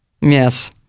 Yes